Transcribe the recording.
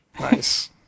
Nice